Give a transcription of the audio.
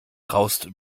traust